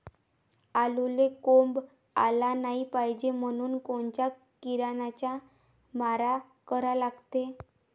आलूले कोंब आलं नाई पायजे म्हनून कोनच्या किरनाचा मारा करा लागते?